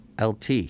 Lt